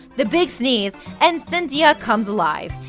the big sneeze, and cynthia comes alive.